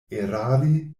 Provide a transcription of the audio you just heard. erari